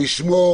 לשמור